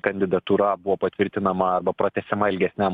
kandidatūra buvo patvirtinama arba pratęsiama ilgesniam